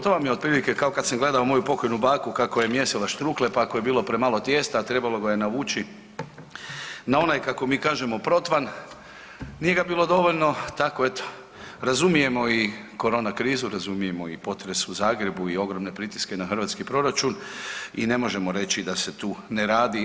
To vam je otprilike kao kada sam gledao moju pokojnu baku kako je mijesila štrukle, pa ako je bilo premalo tijesta a trebalo ga je navući na onaj kako mi kažemo protvan nije ga bilo dovoljno, tako evo razumijemo i korona krizu, razumijemo i potres u Zagrebu i ogromne pritiske na hrvatski proračun i ne možemo reći da se tu ne radi.